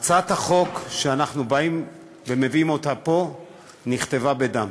הצעת החוק שאנחנו באים ומביאים אותה פה נכתבה בדם.